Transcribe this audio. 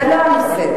זה לא הנושא.